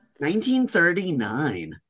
1939